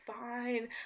fine